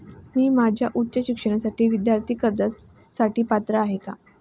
मी माझ्या उच्च शिक्षणासाठी विद्यार्थी कर्जासाठी पात्र आहे का?